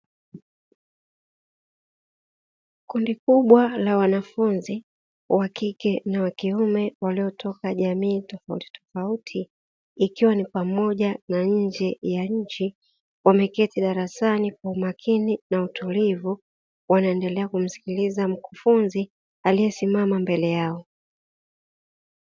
Kundi kubwa la wanafunzi wakike na wa kiume waliotoka jamii tofuti tofauti ikiwa ni pamoja na nje ya chi, wameketi darasani kwa umakini na utulivu, wanaendelea kumskiliza mkufunzi, aliesimama mbele yao.